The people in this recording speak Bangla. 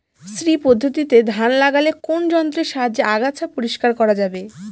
শ্রী পদ্ধতিতে ধান লাগালে কোন যন্ত্রের সাহায্যে আগাছা পরিষ্কার করা যাবে?